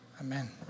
amen